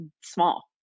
small